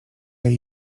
jej